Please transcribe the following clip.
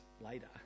later